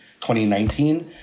2019